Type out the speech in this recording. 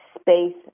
space